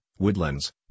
Woodlands